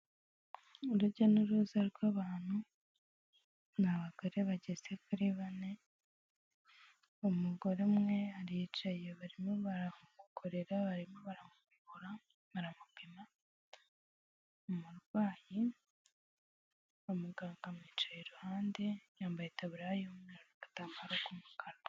Urujya n'uruza rw'abantu ni abagore bageze kuri bane, umugore umwe aricaye barimo baramukorera barimo baramuvura, baramupima umurwayi, muganga amwicaye iruhande yambaye itabura y'umweru agatambaro k'umukara.